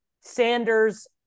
Sanders